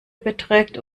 beträgt